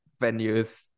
venues